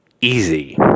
easy